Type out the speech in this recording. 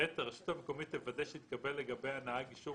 הרשות המקומית תוודא שהתקבל לגבי הנהג אישור